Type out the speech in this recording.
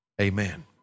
amen